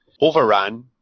Overran